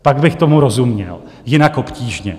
Pak bych tomu rozuměl, jinak obtížně.